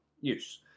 use